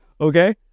Okay